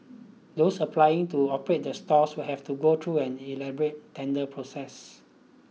those applying to operate the stalls will have to go through an elaborate tender process